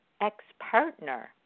ex-partner